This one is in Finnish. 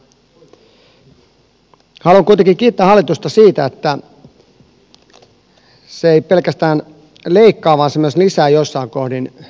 haluan kuitenkin kiittää hallitusta siitä että se ei pelkästään leikkaa vaan se myös lisää joissain kohdin määrärahoja